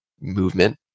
movement